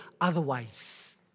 otherwise